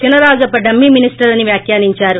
Chinarajappa dummy minister అని వ్యాఖ్యానించారు